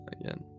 Again